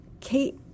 Kate